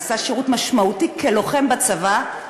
ועשה שירות משמעותי כלוחם בצבא,